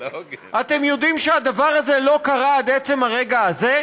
אתם יודעים שהדבר הזה לא קרה עד עצם הרגע הזה?